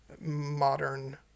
modern